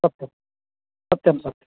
सत्यं सत्यं सत्यम्